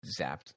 zapped